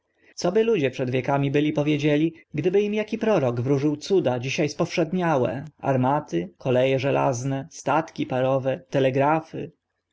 by ludzie przed wiekami byli powiedzieli gdyby im aki prorok wróżył cuda dzisia spowszedniałe armaty kole e żelazne statki parowe telegra